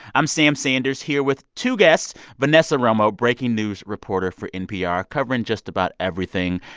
i'm sam sanders, here with two guests vanessa romo, breaking news reporter for npr, covering just about everything,